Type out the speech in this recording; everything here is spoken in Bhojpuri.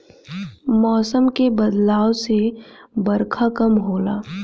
मौसम के बदलाव से बरखा कम होला